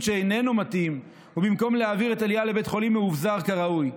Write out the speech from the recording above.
שאיננו מתאים במקום להעביר את אליה לבית חולים מאובזר כראוי.